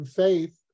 faith